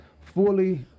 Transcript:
fully